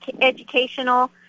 educational